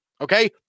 Okay